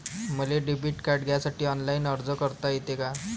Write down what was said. मले debit card घ्यासाठी online अर्ज करता येते का?